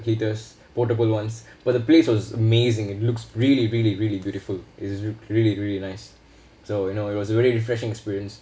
heaters portable ones but the place was amazing it looks really really really beautiful it's really really nice so you know it was really refreshing experience